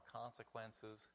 consequences